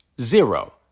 zero